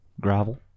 Gravel